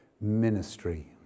Ministry